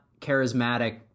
charismatic